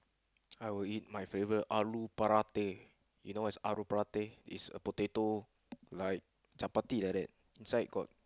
I will eat my favorite aloo paratha you know what is aloo paratha is a potato like chapati like that inside got